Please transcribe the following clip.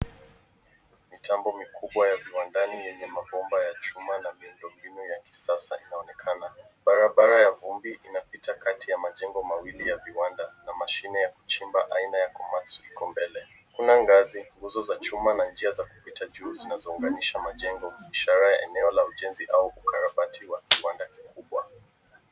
Mitambo mikubwa ya viwandani yenye mabomba ya chuma na miundombinu ya kisasa inaonekana. Barabara ya vumbi inapita kati ya majengo mawili ya viwanda na mashine ya kuchimba aina ya commerts iko mbele. Kuna ngazi, nguzo za chuma na njia za kupita juu zinazounganisha majengo ishara ya eneo la ujenzi au ukarabati wa kiwanda kubwa.